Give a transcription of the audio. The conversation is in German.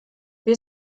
wir